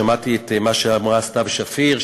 שמעתי את מה שאמרה סתיו שפיר,